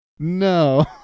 No